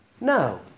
No